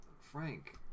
frank